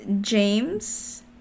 james